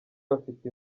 bafite